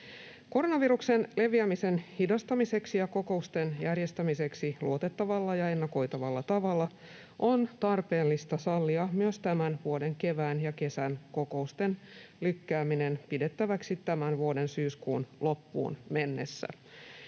Koronaviruksen leviämisen hidastamiseksi ja kokousten järjestämiseksi luotettavalla ja ennakoitavalla tavalla on tarpeellista sallia myös tämän vuoden kevään ja kesän kokousten lykkääminen pidettäväksi tämän vuoden syyskuun loppuun mennessä.